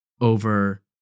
over